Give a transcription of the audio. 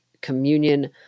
communion